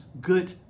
good